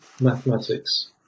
mathematics